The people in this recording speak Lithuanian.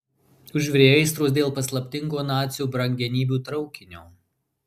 užvirė aistros dėl paslaptingo nacių brangenybių traukinio